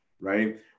right